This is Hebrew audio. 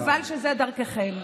חבל שזו דרככם.